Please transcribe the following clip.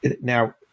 Now